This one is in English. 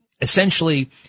essentially